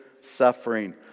suffering